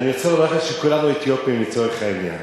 אני רוצה לומר לכם שכולנו אתיופים לצורך העניין.